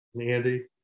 Andy